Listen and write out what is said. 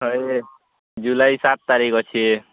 ହଏ ଜୁଲାଇ ସାତ ତାରିଖ୍ ଅଛି